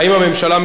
האם הממשלה,